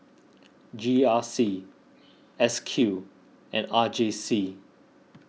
G R C S Q and R J C